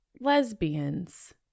lesbians